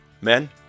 Men